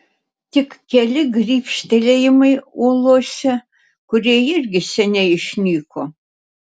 tik keli grybštelėjimai uolose kurie irgi seniai išnyko